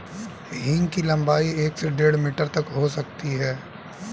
हींग की लंबाई एक से डेढ़ मीटर तक हो सकती है